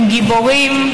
הם גיבורים,